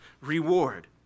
reward